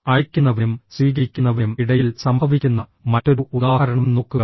അയയ്ക്കുന്നവനും സ്വീകരിക്കുന്നവനും ഇടയിൽ സംഭവിക്കുന്ന മറ്റൊരു ഉദാഹരണം നോക്കുക